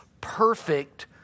perfect